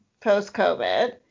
post-COVID